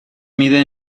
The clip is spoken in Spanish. mide